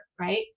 right